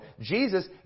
Jesus